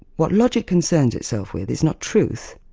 what logic concerns itself with is not truth,